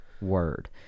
word